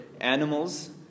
animals